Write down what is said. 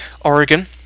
Oregon